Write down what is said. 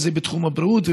אם זה בתחום הבריאות,